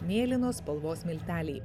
mėlynos spalvos milteliai